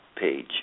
page